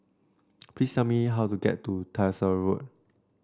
please tell me how to get to Tyersall Road